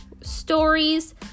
stories